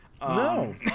No